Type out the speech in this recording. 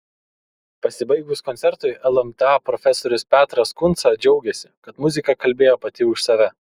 pasibaigus koncertui lmta profesorius petras kunca džiaugėsi kad muzika kalbėjo pati už save